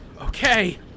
Okay